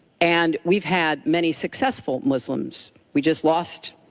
and we've had many successful muslims. we just lost